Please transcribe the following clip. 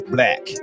Black